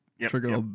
trigger